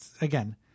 Again